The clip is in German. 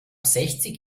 sechzig